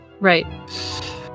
Right